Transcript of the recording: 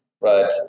right